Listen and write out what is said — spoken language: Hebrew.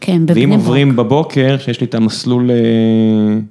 ואם עוברים בבוקר, שיש לי את המסלול.